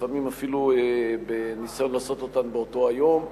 לפעמים אפילו בניסיון לעשות אותן באותו היום.